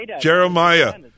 Jeremiah